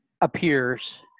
appears